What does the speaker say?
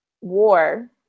war